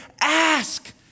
ask